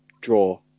draw